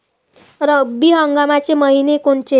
रब्बी हंगामाचे मइने कोनचे?